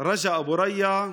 רג'ה אבו ריא,